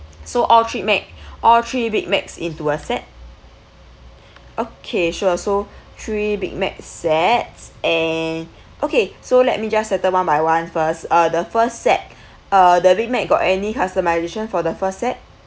so all three mac all three big macs into a set okay sure so three big mac sets and okay so let me just settle one by one first uh the first set uh the big mac got any customization for the first set